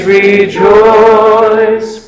rejoice